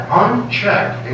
unchecked